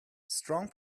strong